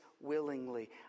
willingly